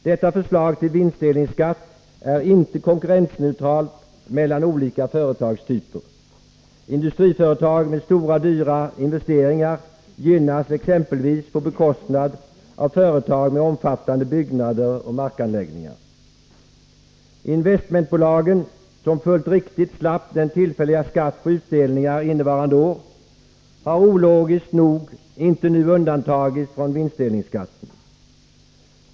Detta förslag till vinstdelningsskatt är inte konkurrensneutralt mellan olika företagstyper. Exempelvis gynnas industriföretag med stora dyra inventarier på bekostnad av företag med omfattande byggnader och markanläggningar. Investmentbolagen, som fullt riktigt slapp den tillfälliga skatten på utdelningar innevarande år, har ologiskt nog inte nu undantagits från vinstdelningsskatten.